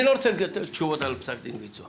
אני לא רוצה תשובות על פסק דין ויצו.